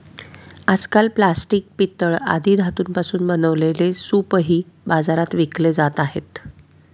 आजकाल प्लास्टिक, पितळ आदी धातूंपासून बनवलेले सूपही बाजारात विकले जात आहेत